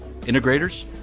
Integrators